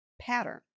pattern